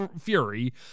fury